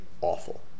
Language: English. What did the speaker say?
awful